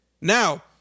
Now